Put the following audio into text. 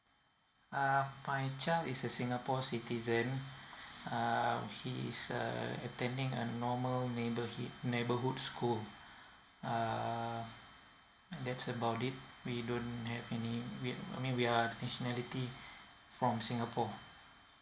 uh my child is a singapore citizens err he is uh attending a normal neighbour head neighbourhood school uh that's about it we don't have any I mena I mean we are nationality from singapore